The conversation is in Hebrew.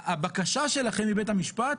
הבקשה שלכם מבית המשפט,